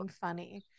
funny